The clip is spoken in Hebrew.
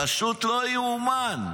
פשוט לא ייאמן.